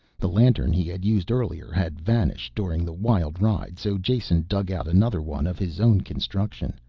the lantern he had used earlier had vanished during the wild ride so jason dug out another one of his own construction.